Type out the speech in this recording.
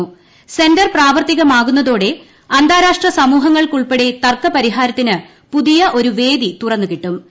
സ്കെൻ്റർ പ്രാവർത്തികമാകുന്നതോടെ അന്താരാഷ്ട്ര സമൂഹങ്ങൾക്കുൾപ്പെടെ തർക്ക പരിഹാരത്തിന് പുതിയ ഒരു വേദി തുറന്നു ക്ടിട്ടൂർ